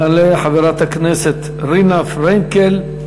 תעלה חברת הכנסת רינה פרנקל.